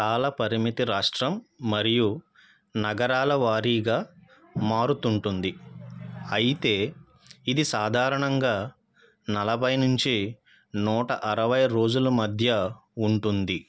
కాల పరిమితి రాష్ట్రం మరియు నగరాల వారిగా మారుతూ ఉంటుంది అయితే ఇది సాధారణంగా నలభై నుంచి నూట అరవై రోజుల మధ్య ఉంటుంది